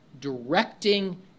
directing